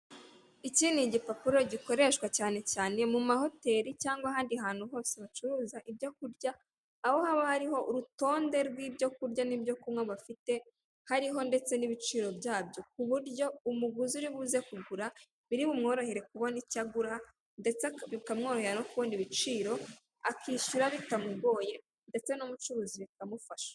Iki ni igipapuro gikoreshwa cyane cyane mu mahoteri cyangwa ahandi hantu hose bacuruza ibyo kurya, aho haba hariho urutonde rw'ibyo kurya n'ibyo kunywa bafite, hariho ndetse n'ibiciro byabyo, kuburyo umuguzi uribuze kugura biribumworohere kubona icyo agura ndetse aka bikamworohera no kubona ibiciro akishyura bitamugoye ndetse n'umucuruzi bikamufasha.